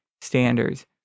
standards